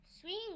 Swing